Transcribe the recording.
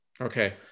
Okay